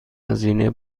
هزینه